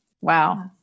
Wow